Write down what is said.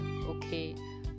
okay